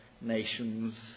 nations